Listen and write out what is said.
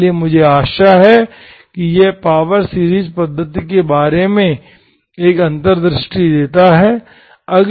इसलिए मुझे आशा है कि यह पावर सीरीज पद्धति के बारे में एक अंतर्दृष्टि देता है